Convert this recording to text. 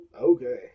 Okay